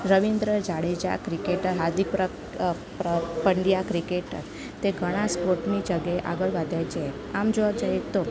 Ravindra Jadeja cricketer Hardik Pandya cricketer તે ઘણાં સ્પોર્ટની જગ્યાએ આગળ વધે છે આમ જોવા જઈએ તો